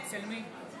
אצל מי?